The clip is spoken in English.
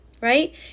right